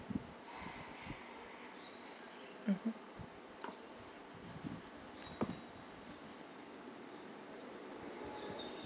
mmhmm